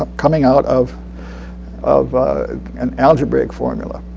ah coming out of of an algebraic formula.